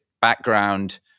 background